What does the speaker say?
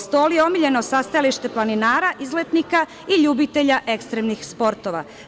Stol je omiljeno sastajalište planinara, izletnika i ljubitelja ekstremnih sportova.